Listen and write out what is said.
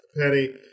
Penny